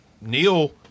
Neil